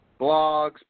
Blogs